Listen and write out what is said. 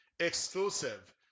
Exclusive